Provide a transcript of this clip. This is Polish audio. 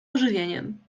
ożywieniem